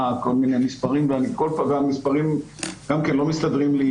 כל מיני מספרים והמספרים לא מסתדרים לי,